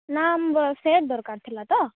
ନା ସେଟ୍ ଦରକାର ଥିଲା ତ